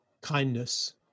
kindness